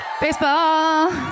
Baseball